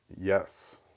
Yes